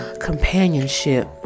companionship